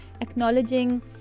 acknowledging